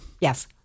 Yes